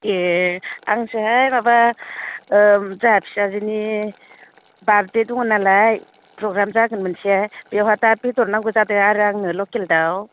ए आंसोहाय माबा जोंहा फिसाजोनि बार्थडे दङ नालाय प्रग्राम जागोन मोनसे बेवहा दा बेदर नांगो जादो आरो आंनो लकेल दाउ